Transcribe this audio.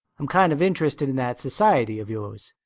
i'm kind of interested in that society of yours.